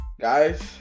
guys